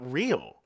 real